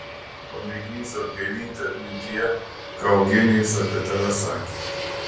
pamėginsiu atgaivinti atmintyje ką eugenijus apie tave sakė